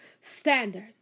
standard